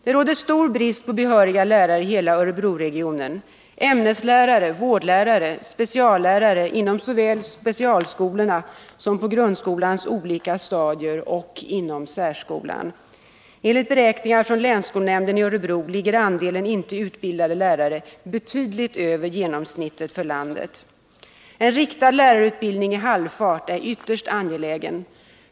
Det råder stor brist på behöriga lärare i hela Örebroregionen — ämneslärare, vårdlärare och speciallärare såväl inom specialskolorna som på grundskolans olika stadier och inom särskolan. Enligt beräkningar från länsskolnämnden i Örebro ligger andelen icke utbildade lärare betydligt över genomsnittet för landet. En riktad lärarutbildning i halvfart är ytterst angelägen.